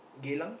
Geylang